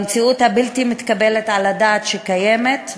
במציאות הבלתי-מתקבלת על הדעת שקיימת,